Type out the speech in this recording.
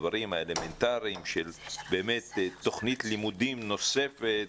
הדברים האלמנטריים של תוכנית לימודים נוספת.